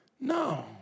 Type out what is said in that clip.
No